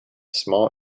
small